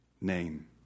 name